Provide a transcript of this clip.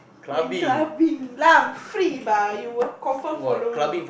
going clubbing free if you will confirm follow me